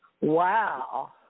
Wow